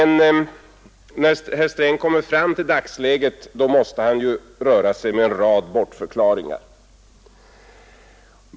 När herr Sträng kommer fram till dagsläget måste han emellertid röra sig med en rad bortförklaringar.